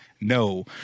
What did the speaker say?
No